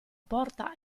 porta